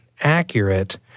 accurate